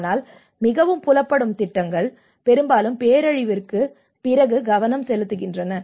ஆனால் மிகவும் புலப்படும் திட்டங்கள் பெரும்பாலும் பேரழிவிற்குப் பிறகு கவனம் செலுத்துகின்றன